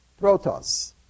Protos